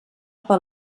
per